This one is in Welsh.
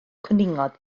cwningod